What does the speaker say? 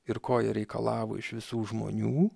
ir ko jie reikalavo iš visų žmonių